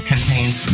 contains